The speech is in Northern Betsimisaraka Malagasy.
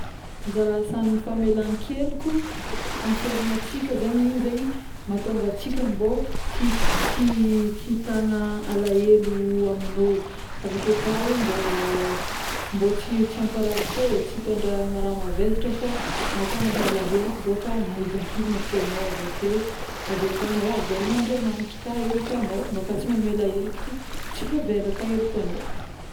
Ny anjara asagn'ny famelan-keloka amin'ny fiaignantsika zegny igny zegny matônga tsika zegny mbô tsy, tsy itagna alahelo amin'olo aveke kao mbô tsy ampirary fô, tsy tondra raha mavesatra fô bôka mamela heloka bôka maivan-kivagna fôgna avekeo, aveka-nao avel'Andriamagnitra ka helok'agnao, agnao ka tsy mamela heloka, tsy voavela ka helok'agnao